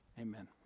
Amen